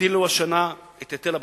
הטילו השנה את היטל הבצורת.